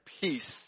peace